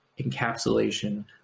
encapsulation